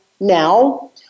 now